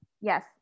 Yes